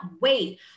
wait